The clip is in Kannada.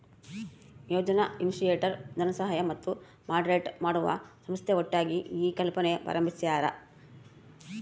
ಯೋಜನಾ ಇನಿಶಿಯೇಟರ್ ಧನಸಹಾಯ ಮತ್ತು ಮಾಡರೇಟ್ ಮಾಡುವ ಸಂಸ್ಥೆ ಒಟ್ಟಾಗಿ ಈ ಕಲ್ಪನೆ ಪ್ರಾರಂಬಿಸ್ಯರ